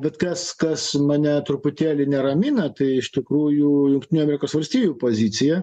bet kas kas mane truputėlį neramina tai iš tikrųjų jungtinių amerikos valstijų pozicija